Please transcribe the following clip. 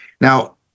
Now